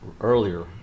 earlier